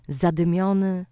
zadymiony